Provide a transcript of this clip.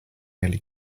nearly